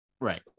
Right